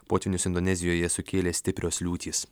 potvynius indonezijoje sukėlė stiprios liūtys